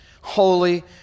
holy